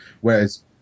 whereas